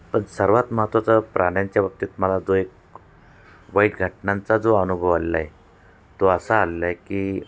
पण सर्वात महत्त्वाचा प्राण्यांच्या बाबतीत मला जो एक वाईट घटनांचा जो अनुभव आला आहे तो असा आला आहे की